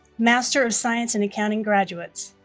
master of science in accounting graduates